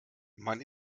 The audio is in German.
man